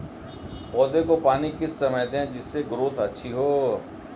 पौधे को पानी किस समय दें जिससे ग्रोथ अच्छी हो?